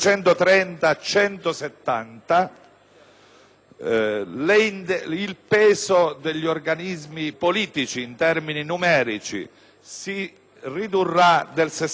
il peso degli organismi politici, in termini numerici, si ridurrà del 60 per cento a riforme già approvate;